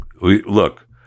look